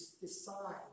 decide